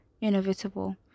inevitable